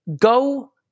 go